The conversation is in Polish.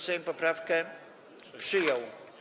Sejm poprawkę przyjął.